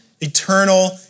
eternal